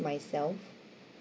myself